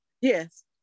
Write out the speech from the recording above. Yes